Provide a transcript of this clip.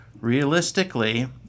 realistically